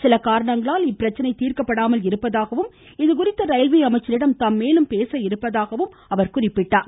சில காரணங்களால் இப்பிரச்னை தீர்க்கப்படாமல் இருப்பதாகவும் இதுகுறித்து ரயில்வே அமைச்சரிடம் தாம் மேலும் பேச இருப்பதாகவும் கூறினார்